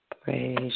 Praise